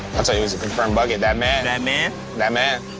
i'll tell you who's a confirmed bucket that man. that man? that man.